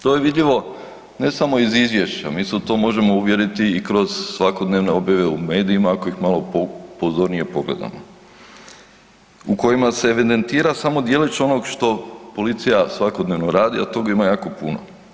To je vidljivo ne samo iz izvješća mi se u to možemo uvjeriti i kroz svakodnevne objave u medijima ako ih malo pozornije pogledamo u kojima se evidentira samo djelić onog što policija svakodnevno radi, a tog ima jako puno.